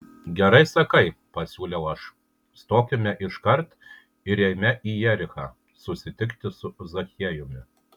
gerai sakai pasiūliau aš stokime iškart ir eime į jerichą susitikti su zachiejumi